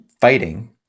fighting